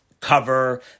cover